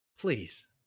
please